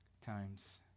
times